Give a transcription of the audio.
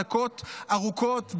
דקות ארוכות,